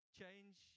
change